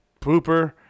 Pooper